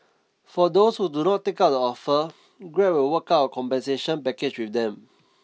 for those who do not take up the offer Grab will work out compensation package with them